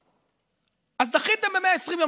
אז דחיתם ב-120 יום.